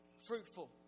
fruitful